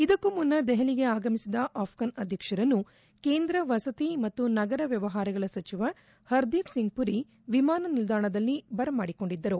ಇದಕ್ಕು ಮುನ್ನ ದೆಹಲಿಗೆ ಆಗಮಿಸಿದ ಅಪ್ಪಾನ್ ಅಧ್ಯಕ್ಷರನ್ನು ಕೇಂದ್ರ ವಸತಿ ಮತ್ತು ನಗರ ವ್ಯವಹಾರಗಳ ಸಚಿವ ಹರ್ದಿಪ್ಸಿಂಗ್ ಪುರಿ ವಿಮಾನ ನಿಲ್ದಾಣದಲ್ಲಿ ಅವರನ್ನು ಬರಮಾಡಿಕೊಂಡರು